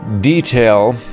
detail